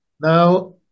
Now